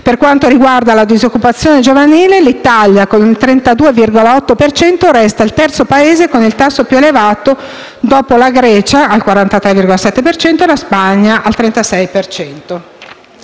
Per quanto riguarda la disoccupazione giovanile, l'Italia con il 32,8 per cento resta il terzo Paese con il tasso più elevato dopo la Grecia (43,7 per cento) e la Spagna (36